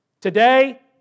Today